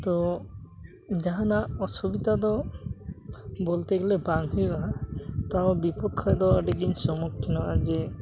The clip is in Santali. ᱛᱚ ᱡᱟᱦᱟᱱᱟᱜ ᱚᱥᱩᱵᱤᱫᱟ ᱫᱚ ᱵᱚᱞᱛᱮ ᱜᱮᱞᱮ ᱵᱟᱝ ᱦᱩᱭᱩᱜᱼᱟ ᱛᱟᱣᱳ ᱵᱤᱯᱚᱫ ᱠᱷᱚᱡ ᱫᱚ ᱟᱹᱰᱤᱜᱮᱧ ᱥᱚᱢᱩᱠᱠᱷᱤᱱᱚᱜᱼᱟ ᱡᱮ